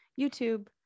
YouTube